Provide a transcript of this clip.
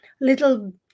little